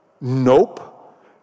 Nope